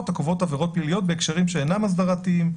הקובעות עברות פליליות בהקשרים שאינם אסדרתיים,